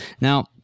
Now